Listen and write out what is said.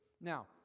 Now